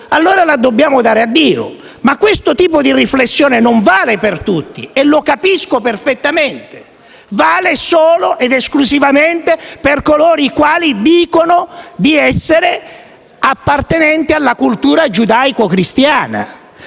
allora la dobbiamo dare a Dio. Questo tipo di riflessione, però, non vale per tutti e lo capisco perfettamente; vale solo ed esclusivamente per coloro i quali dicono di appartenere alla cultura giudaico-cristiana,